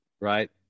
Right